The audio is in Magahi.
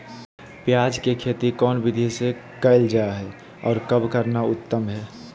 प्याज के खेती कौन विधि से कैल जा है, और कब करना उत्तम है?